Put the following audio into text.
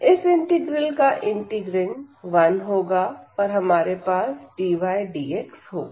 इस इंटीग्रल का इंटीग्रैंड 1 होगा और हमारे पास dy dx होगा